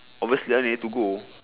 obviously I need to go